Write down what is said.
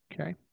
Okay